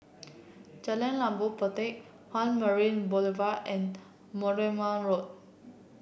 Jalan Labu Puteh One Marina Boulevard and Bournemouth Road